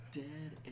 dead